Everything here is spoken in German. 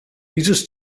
dieses